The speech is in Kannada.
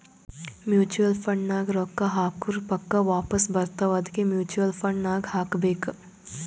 ಮೂಚುವಲ್ ಫಂಡ್ ನಾಗ್ ರೊಕ್ಕಾ ಹಾಕುರ್ ಪಕ್ಕಾ ವಾಪಾಸ್ ಬರ್ತಾವ ಅದ್ಕೆ ಮೂಚುವಲ್ ಫಂಡ್ ನಾಗ್ ಹಾಕಬೇಕ್